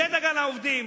זו דאגה לעובדים,